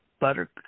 butter